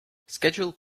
scheduled